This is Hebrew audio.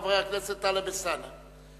חבר הכנסת טלב אלסאנע.